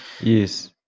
yes